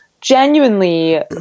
genuinely